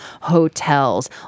Hotels